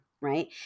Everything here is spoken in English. right